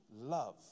love